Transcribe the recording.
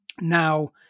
now